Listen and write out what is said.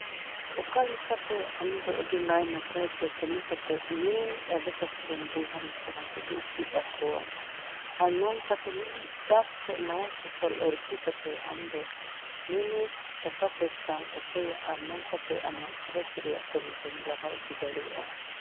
ᱚᱠᱟᱞᱮᱠᱟ ᱛᱮ ᱟᱢ ᱫᱚ ᱟᱹᱰᱤ ᱱᱟᱭ ᱱᱟᱯᱟᱭ ᱛᱮ ᱠᱟᱹᱢᱤ ᱠᱟᱛᱮ ᱢᱤᱢᱤᱫ ᱟᱰᱮ ᱯᱟᱥᱮ ᱨᱮᱱ ᱵᱚᱭᱦᱟ ᱢᱤᱥᱨᱟ ᱠᱚᱫᱚ ᱪᱮᱫ ᱟᱠᱚᱣᱟ ᱟᱨ ᱱᱚᱝᱠᱟ ᱛᱮ ᱢᱤᱢᱤᱫ ᱪᱟᱥ ᱠᱷᱚᱱ ᱱᱟᱣᱟ ᱯᱷᱚᱥᱚᱞ ᱟᱨᱡᱤ ᱠᱟᱛᱮ ᱟᱢ ᱫᱚ ᱢᱤᱢᱤᱫ ᱴᱟᱠᱟ ᱯᱚᱭᱥᱟᱢ ᱩᱯᱟᱹᱭᱟ ᱟᱨ ᱱᱚᱝᱠᱟᱛᱮ ᱟᱢᱟᱜ ᱜᱷᱟᱸᱨᱚᱡ ᱨᱮᱭᱟᱜ ᱠᱟᱹᱢᱤ ᱫᱚᱢ ᱞᱟᱦᱟ ᱤᱫᱤ ᱫᱟᱲᱮᱭᱟᱜᱼᱟ